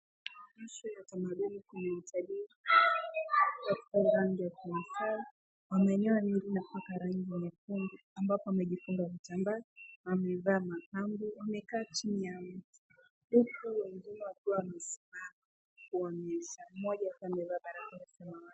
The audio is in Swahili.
Mpasho ya utamaduni kwenye utabiri, katika mganjo ya kimaasai, wame nyoa nywele na kupaka rangi nyekundu ambapo wamejifunga vitambaa na bidhaa vya mapambo. Wamekaa chini ya mti huku wengine wakiwa wamesimama kwa upande moja wa barabara samawati.